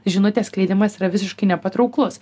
žinutės skleidimas yra visiškai nepatrauklus